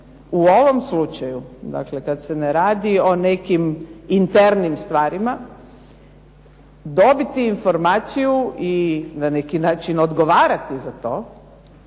u ovom slučaju dakle kad se ne radi o nekim internim stvarima dobiti informaciju i na neki način odgovarati za to